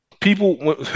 People